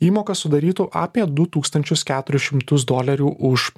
įmoką sudarytų apie du tūkstančius keturis šimtus dolerių už